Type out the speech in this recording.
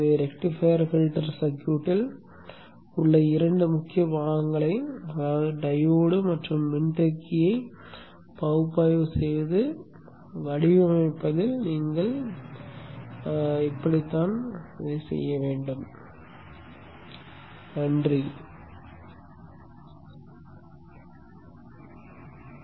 எனவே rectifier filter சர்க்யூட்டில் உள்ள இரண்டு முக்கிய பாகங்களை அதாவது டையோடு மற்றும் மின்தேக்கியை பகுப்பாய்வு செய்து வடிவமைப்பதில் நீங்கள் இப்படித்தான் செய்வீர்கள்